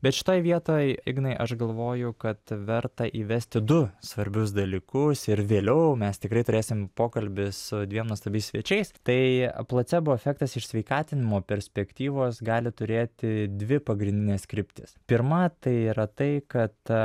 bet šitoj vietoj ignai aš galvoju kad verta įvesti du svarbius dalykus ir vėliau mes tikrai turėsim pokalbį su dviem nuostabiais svečiais tai placebo efektas iš sveikatinimo perspektyvos gali turėti dvi pagrindines kryptis pirma tai yra tai kad